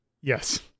Yes